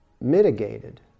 mitigated